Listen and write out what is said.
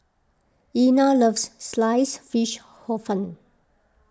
Einar loves Sliced Fish Hor Fun